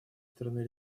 страны